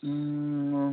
অ